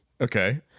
okay